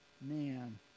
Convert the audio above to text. man